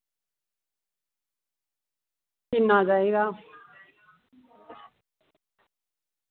किन्ना चाहिदा